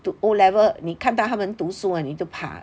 读 O level 你看到他们读书你就怕